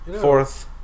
Fourth